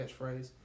catchphrase